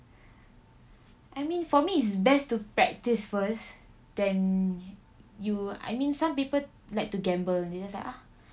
I mean for me it's best to practise first than you I mean some people like to gamble they just like ah